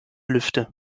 lüfte